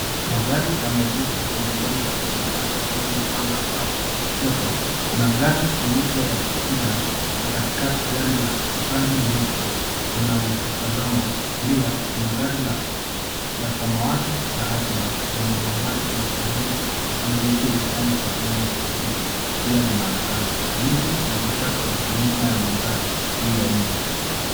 Magari yameegeshwa kwenye uwanja wenye nyasi chini ya anga ang’avu. Kushoto, kuna gari nyeupe ya Sedan na katikati gari la rangi nyeusi linalotutazama, kulia kuna gari la samawati la Hatchback, lenye nambari ya usajili KDK 949T, pia linaonekana. Miti na vichaka viko nyuma ya mandhari hii ya nje.